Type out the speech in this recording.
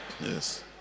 Yes